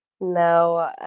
No